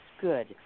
good